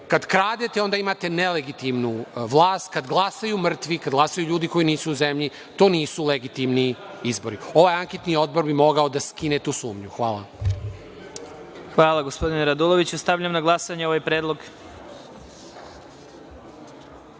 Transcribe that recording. kradete, onda imate nelegitimnu vlast. Kada glasaju mrtvi, kada glasaju ljudi koji nisu u zemlji to nisu legitimni izbori. Ovaj anketni odbor bi mogao da skine tu sumnju. Hvala. **Vladimir Marinković** Hvala, gospodine Raduloviću. Stavljam na glasanje ovaj